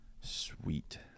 Sweet